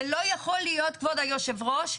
כבוד היושב-ראש,